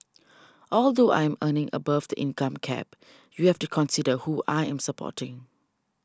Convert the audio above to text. although I'm earning above the income cap you have to consider who I am supporting